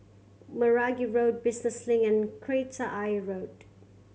Meragi Road Business Link and Kreta Ayer Road